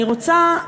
אני רוצה,